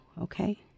okay